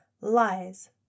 Lies